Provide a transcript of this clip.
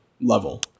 level